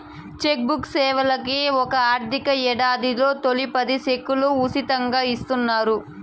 check book సేవలకని ఒక ఆర్థిక యేడాదిలో తొలి పది సెక్కులు ఉసితంగా ఇస్తున్నారు